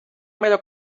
melhor